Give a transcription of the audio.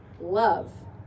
love